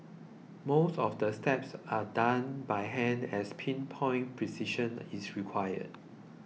most of the steps are done by hand as pin point precision is required